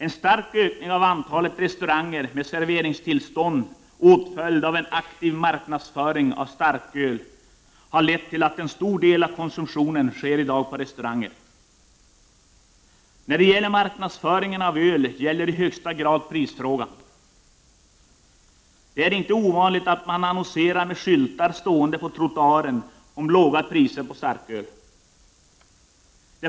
En stark ökning av antalet restauranger med serveringstillstånd åtföljd av en aktiv marknadsföring av starköl har lett till att en stor del av konsumtionen i dag sker på restauranger. När det gäller marknadsföringen av öl gäller i högsta grad prisfrågan. Det är inte ovanligt att man annonserar med skyltar stående på trottoaren om låga priser på starköl.